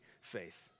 faith